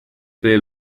per